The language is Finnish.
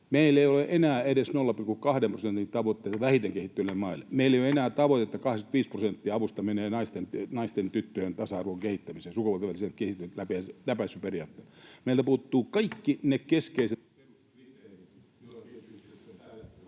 Meillä ei ole enää edes 0,2 prosentin tavoitetta vähiten kehittyneille maille. Meillä ei ole enää tavoitetta, että 85 prosenttia avusta menee naisten ja tyttöjen tasa-arvon kehittämiseen eli sukupuolten välisen tasa-arvon kehittämiseen läpäisyperiaatteella. Meiltä puuttuvat kaikki ne keskeiset peruskriteerit, joilla kehitysyhteistyötä